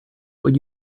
would